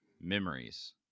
memories